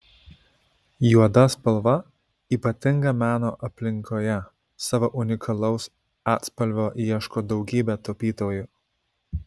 juoda spalva ypatinga meno aplinkoje savo unikalaus atspalvio ieško daugybė tapytojų